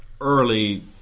early